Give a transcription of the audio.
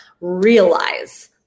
realize